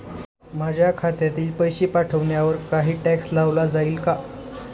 माझ्या खात्यातील पैसे पाठवण्यावर काही टॅक्स लावला जाईल का?